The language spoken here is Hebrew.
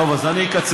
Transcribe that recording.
טוב, אז אני אקצר.